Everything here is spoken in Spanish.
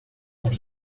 por